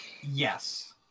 Yes